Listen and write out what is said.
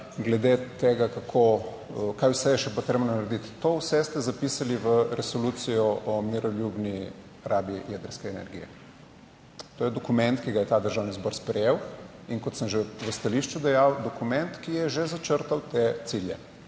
glede tega, kako, kaj vse je še potrebno narediti. To vse ste zapisali v resolucijo o miroljubni rabi jedrske energije. To je dokument, ki ga je ta Državni zbor sprejel in kot sem že v stališču dejal, dokument ki je že začrtal te cilje.